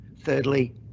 Thirdly